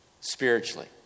Spiritually